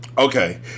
Okay